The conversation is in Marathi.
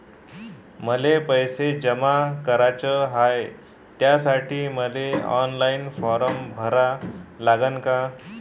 मले पैसे जमा कराच हाय, त्यासाठी मले ऑनलाईन फारम भरा लागन का?